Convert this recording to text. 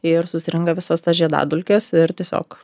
ir susirenka visas tas žiedadulkes ir tiesiog